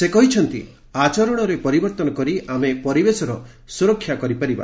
ସେ କହିଛନ୍ତି ଆଚରଣରେ ପରିବର୍ତ୍ତନ କରି ଆମେ ପରିବେଶର ସୁରକ୍ଷା କରିପାରିବା